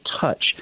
touch